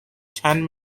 ten